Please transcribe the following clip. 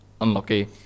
unlucky